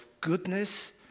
goodness